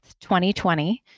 2020